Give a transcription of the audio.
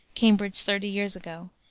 cambridge thirty years ago,